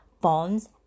bonds